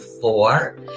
four